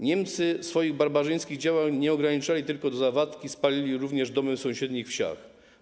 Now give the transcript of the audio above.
Niemcy swoich barbarzyńskich działań nie ograniczali tylko do Zawadki, spalili również domy w sąsiednich wsiach.